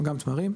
גם תמרים,